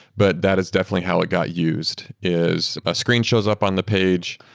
but that is definitely how it got used is a screen shows up on the page,